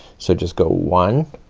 so just go one